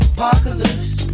Apocalypse